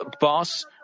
boss